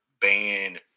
ban